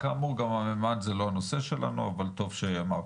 כאמור גם המימן זה לא הנושא שלנו, אבל טוב שאמרת.